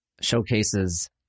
showcases